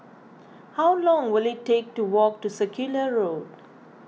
how long will it take to walk to Circular Road